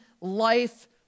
life